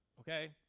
okay